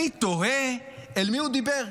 אני תוהה אל מי הוא דיבר,